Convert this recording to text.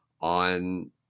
on